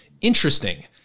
interesting